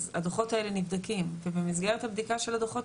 אז הדוחות האלה נבדקים ובמסגרת הבדיקה של הדוחות